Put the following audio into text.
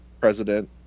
president